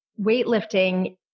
weightlifting